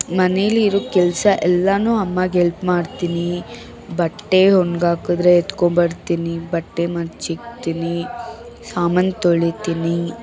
ಮನೇಲಿರೋ ಕೆಲಸ ಎಲ್ಲಾನೂ ಅಮ್ಮಗೆ ಎಲ್ಪ್ ಮಾಡ್ತಿನಿ ಬಟ್ಟೆ ಒಣಗಾಕಿದ್ರೆ ಎತ್ಕೊಂಬರ್ತೀನಿ ಬಟ್ಟೆ ಮಡಿಸಿಕ್ತೀನಿ ಸಾಮಾನು ತೊಳೀತೀನಿ